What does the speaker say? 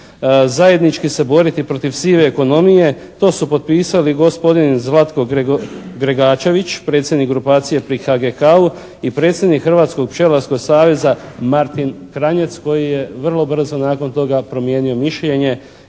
Zajednički se boriti protiv sive ekonomije, to su potpisali gospodin Zlatko Gregačević, predsjednik grupacije pri HGK-u i predsjednik Hrvatskog pčelarskog saveza Martin Kranjec koji je vrlo brzo nakon toga promijenio mišljenje